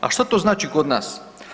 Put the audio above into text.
A što to znači kod nas?